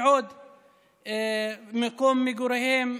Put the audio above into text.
מקום מגוריהם,